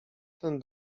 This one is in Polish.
ten